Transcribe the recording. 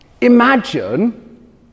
Imagine